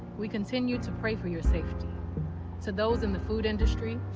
we continue to pray for your safety. to those in the food industry,